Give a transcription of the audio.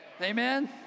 Amen